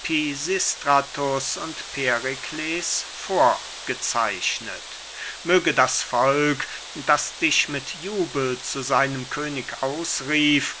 pisistratus und perikles vorgezeichnet möge das volk das dich mit jubel zu seinem könig ausrief